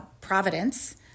Providence